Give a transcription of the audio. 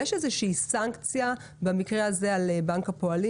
יש איזושהי סנקציה במקרה הזה על בנק הפועלים